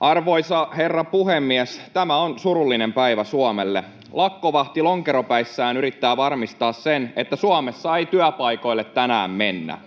Arvoisa herra puhemies! Tämä on surullinen päivä Suomelle. Lakkovahti lonkeropäissään yrittää varmistaa sen, että Suomessa ei työpaikoille tänään mennä.